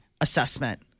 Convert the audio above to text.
assessment